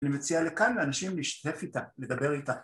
אני מציע לכאן לאנשים להשתתף איתה, ‫לדבר איתה.